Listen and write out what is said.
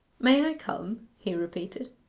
may i come he repeated.